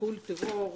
לסיכול טרור,